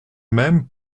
même